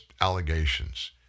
allegations